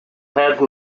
have